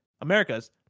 America's